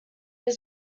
are